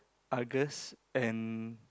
Argus and